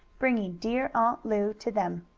bringing dear aunt lu to them.